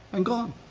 and gone.